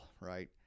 right